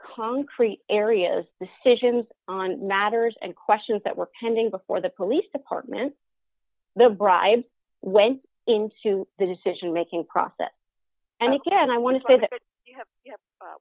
concrete areas the fissions on matters and questions that were pending before the police department the bribe went into the decision making process and we can i want to say that